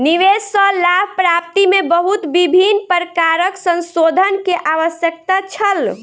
निवेश सॅ लाभ प्राप्ति में बहुत विभिन्न प्रकारक संशोधन के आवश्यकता छल